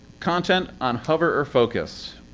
content on hover or focus.